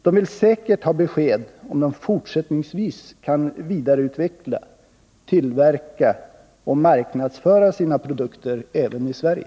De vill säkert ha besked om de fortsättningsvis kan vidareutveckla, tillverka och marknadsföra sina produkter även i Sverige.